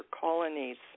colonies